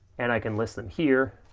and i can listen here,